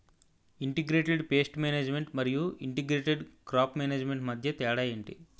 integrated pest management మరియు integrated crop management మధ్య తేడా ఏంటి